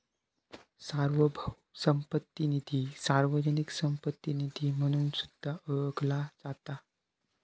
सार्वभौम संपत्ती निधी, सामाजिक संपत्ती निधी म्हणून सुद्धा ओळखला जाता